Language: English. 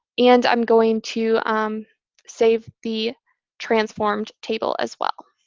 and i'm going to um save the transformed table as well.